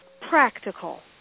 practical